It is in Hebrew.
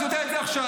אז יודע את זה עכשיו.